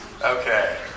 Okay